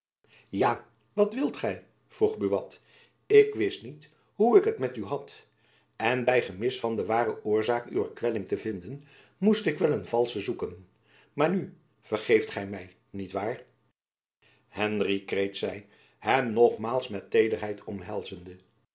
ja wat wilt gy vroeg buat ik wist niet hoe ik het met u had en by gemis van de ware oorzaak uwer kwelling te vinden moest ik wel een valsche zoeken maar nu vergeeft gy my niet waar henry kreet zy hem nogmaals met teederheid omhelzende